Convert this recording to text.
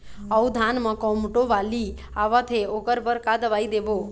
अऊ धान म कोमटो बाली आवत हे ओकर बर का दवई देबो?